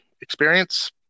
experience